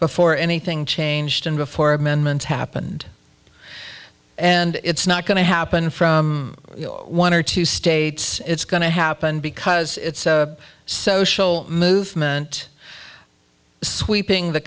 before anything changed and before amendments happened and it's not going to happen from one or two states it's going to happen because it's a social movement sweeping the